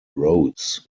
rhoads